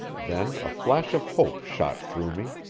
then a flash of hope shot through me.